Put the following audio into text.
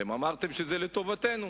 אתם אמרתם שזה לטובתנו,